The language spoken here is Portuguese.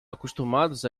acostumados